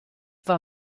war